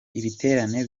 ibiterane